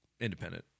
Independent